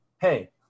hey